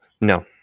No